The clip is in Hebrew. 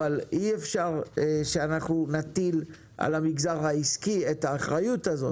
אבל אי אפשר שאנחנו נטיל על המגזר העסקי את האחריות הזאת.